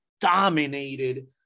dominated